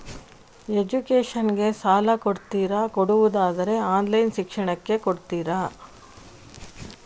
Education ಗೆ ಸಾಲ ಕೊಡ್ತೀರಾ, ಕೊಡುವುದಾದರೆ ಆನ್ಲೈನ್ ಶಿಕ್ಷಣಕ್ಕೆ ಕೊಡ್ತೀರಾ?